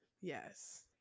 Yes